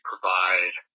provide